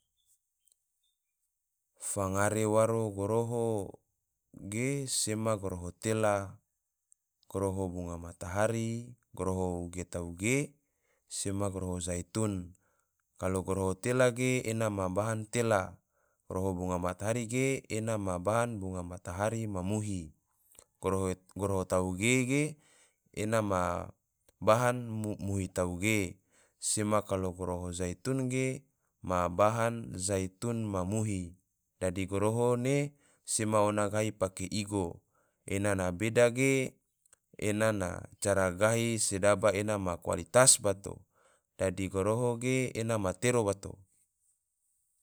Fangare waro goroho ge sema goroho tela, goroho bunga matahari, goroho uge tauge, sema goroho jaitun, kalo goroho tela ge ena ma bahan tela, goroho bunga matahari ge ena ma bahan bunga matahari ma muhi, goroho tauge ge ena ma bahan muhi tauge, sema goroho jaitun ge ena ma bahan jaitun ma muhi, dadi goroho ne sema ona gahi pake igo, ena na beda ge, ena na cara gahi sedaba ena ma kualitas bato. dadi goroho ge ena matero bato.